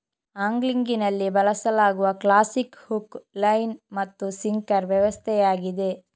ಆಂಗ್ಲಿಂಗಿನಲ್ಲಿ ಬಳಸಲಾಗುವ classic hook, line ಮತ್ತು sinker ವ್ಯವಸ್ಥೆಯಾಗಿದೆ